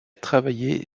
travaillé